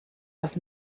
das